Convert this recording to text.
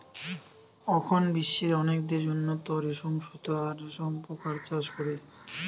অখন বিশ্বের অনেক দেশ উন্নত রেশম সুতা আর রেশম পোকার চাষ করে